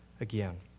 again